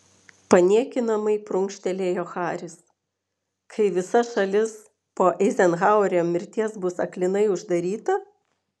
paniekinamai prunkštelėjo haris kai visa šalis po eizenhauerio mirties bus aklinai uždaryta